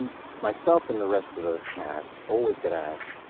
myself and the rest of the cast always get asked,